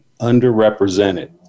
underrepresented